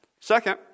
Second